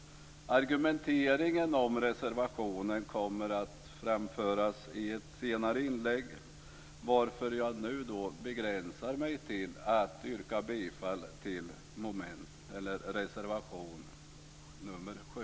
Argumenteringen om reservationen kommer att framföras i ett senare inlägg, varför jag nu begränsar mig till att yrka bifall till reservation nr 7.